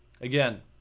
Again